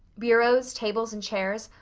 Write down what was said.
bureaus, tables, and chairs,